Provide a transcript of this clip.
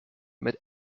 mit